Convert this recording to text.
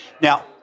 Now